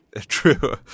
true